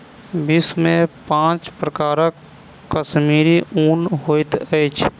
विश्व में पांच प्रकारक कश्मीरी ऊन होइत अछि